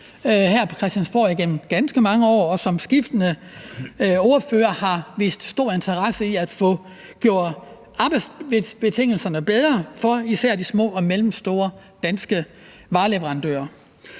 her på Christiansborg igennem ganske mange år, og skiftende ordførere har vist stor interesse for at gøre arbejdsbetingelserne bedre for især de små og mellemstore danske vareleverandører.